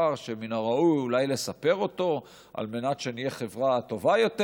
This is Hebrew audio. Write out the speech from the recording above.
שמן הראוי אולי לספר אותו על מנת שנהיה חברה טובה יותר,